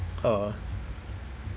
uh